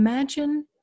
Imagine